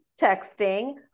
texting